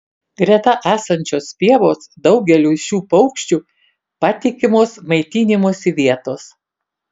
greta esančios pievos daugeliui šių paukščių patikimos maitinimosi vietos